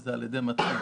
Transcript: וזה על ידי מתקין,